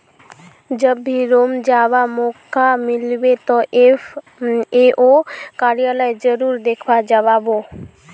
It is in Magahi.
जब भी रोम जावा मौका मिलबे तो एफ ए ओ कार्यालय जरूर देखवा जा बो